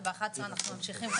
10:02.